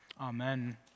Amen